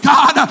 God